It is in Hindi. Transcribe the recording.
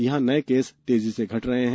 यहां नए केस तेजी से घट रहे हैं